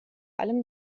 allem